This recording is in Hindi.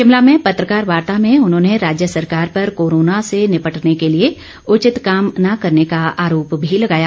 शिमला में पत्रकार वार्ता में उन्होंने राज्य सरकार पर कोरोना से निपटने के लिए उचित काम न करने का आरोप भी लगाया